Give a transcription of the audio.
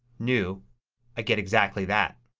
new i get exactly that.